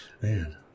Man